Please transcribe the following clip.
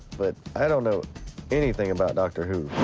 but i don't know anything about doctor who.